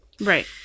right